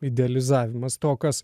idealizavimas to kas